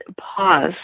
Pause